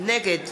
נגד